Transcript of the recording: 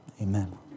Amen